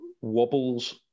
wobbles